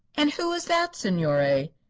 and who is that, signore?